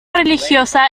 religiosa